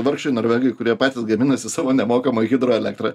vargšai norvegai kurie patys gaminasi savo nemokamai hidroelektrą